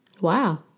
Wow